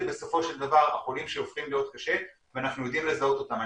בסופו של דבר החולים שהופכים להיות קשים ואנחנו יודעים לזהות אותם.